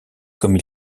comme